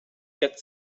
quatre